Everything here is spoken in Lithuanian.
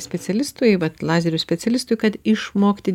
specialistui vat lazerių specialistui kad išmokti